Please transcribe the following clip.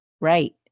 right